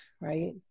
right